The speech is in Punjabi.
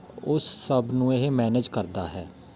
ਉਸ ਸਭ ਨੂੰ ਇਹ ਮੈਨੇਜ ਕਰਦਾ ਹੈ